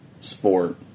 Sport